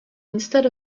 instead